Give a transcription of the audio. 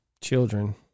children